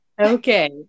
Okay